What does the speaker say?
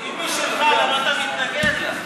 אם המסורת היא גם שלך, למה אתה מתנגד לה?